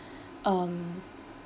um